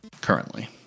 currently